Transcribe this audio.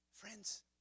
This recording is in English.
Friends